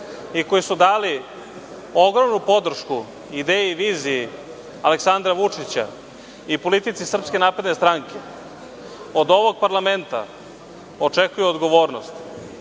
i koji su dali ogromnu podršku ideji i viziji Aleksandra Vučića i politici SNS od ovog Parlamenta očekuju odgovornost